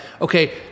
okay